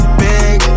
big